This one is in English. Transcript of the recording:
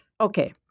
Okay